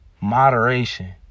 moderation